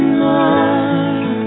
more